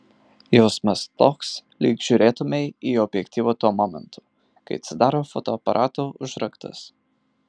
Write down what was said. jausmas toks lyg žiūrėtumei į objektyvą tuo momentu kai atsidaro fotoaparato užraktas